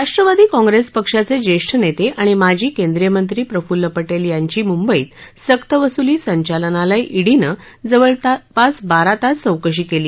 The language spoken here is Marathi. राष्ट्रवादी काँग्रस पक्षाचे ज्येष्ठ नेते आणि माजी केंद्रीय मंत्री प्रफुल्ल पटेल यांची मुंबईत सक्तवसुली संचालनालय ईडीने जवळपास बारा तास चौकशी केली